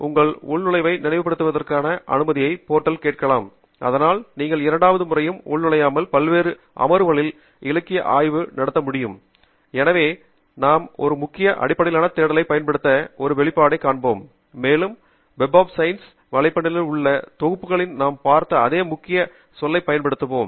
உங்கள் உள்நுழைவை நினைவுபடுத்துவதற்கான அனுமதியை போர்டல் கேட்கலாம் இதனால் நீங்கள் இரண்டாவது முறையாக உள்நுழையாமல் பல்வேறு அமர்வுகளில் இலக்கிய ஆய்வு நடத்த முடியும் எனவே நாம் ஒரு முக்கிய அடிப்படையிலான தேடலைப் பயன்படுத்தி ஒரு வெளிப்பாட்டை காண்பிப்போம் மேலும் வெப் ஒப்பிசயின்ஸ் வலைப்பின்னலில் உள்ள மற்ற தொகுதிகளில் நாம் பார்த்த அதே முக்கிய சொல்லைப் பயன்படுத்துவோம்